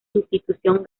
institución